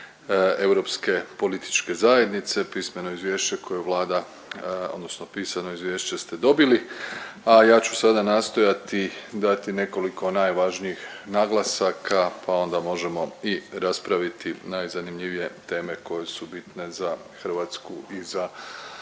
Europske političke zajednice, pismeno izvješće koje Vlada odnosno pisano izvješće ste dobili, a ja ću sada nastojati dati nekoliko najvažnijih naglasaka, pa onda možemo i raspraviti najzanimljivije teme koje su bitne za Hrvatsku i za aktualni